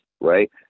right